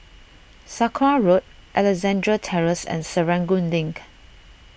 Sakra Road Alexandra Terrace and Serangoon Link